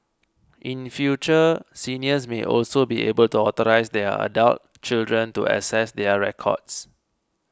in future seniors may also be able to authorise their adult children to access their records